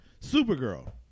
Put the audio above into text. Supergirl